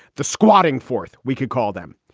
the squatting fourth. we could call them.